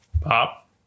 pop